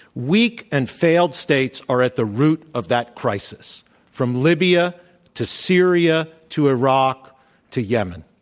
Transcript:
weak and failed states are at the root of that crisis from libya to syria to iraq to yemen.